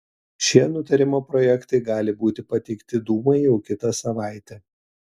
šie nutarimo projektai gali būti pateikti dūmai jau kitą savaitę